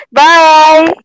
bye